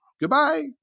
Goodbye